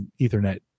Ethernet